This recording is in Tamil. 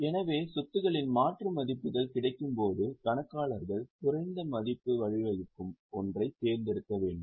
எனவே சொத்துகளின் மாற்று மதிப்புகள் கிடைக்கும்போது கணக்காளர்கள் குறைந்த மதிப்புக்கு வழிவகுக்கும் ஒன்றைத் தேர்ந்தெடுக்க வேண்டும்